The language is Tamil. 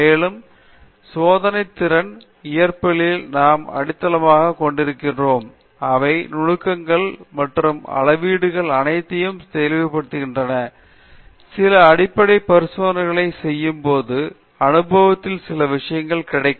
மேலும் சோதனைத் திறன் இயற்பியலில் நாம் அடித்தளங்களைக் கொண்டிருக்கிறோம் அவை நுணுக்கங்கள் மற்றும் அளவீடுகள் அனைத்தையும் தெரியப்படுத்துகின்றன சில அடிப்படை பரிசோதனைகள் செய்யும்போது அனுபவத்தில் சில விஷயங்கள் கிடைக்கும்